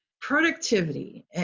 Productivity